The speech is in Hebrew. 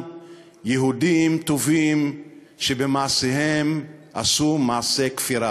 יהודים טובים שבמעשיהם עשו מעשה כפירה?